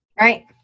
Right